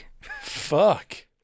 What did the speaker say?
Fuck